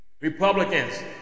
Republicans